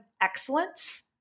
excellence